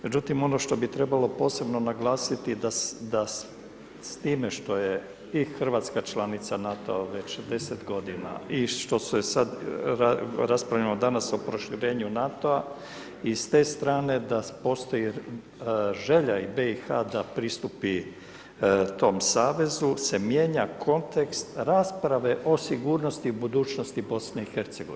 Međutim, ono što bi trebalo posebno naglasiti da s time što je i Hrvatska članica NATO-a već 10 godina i što se sad raspravljamo danas o proširenju NATO-a i s te strane da postoji želja BiH da pristupi tom savezu se mijenja kontekst rasprave o sigurnosti budućnosti BiH.